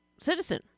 Citizen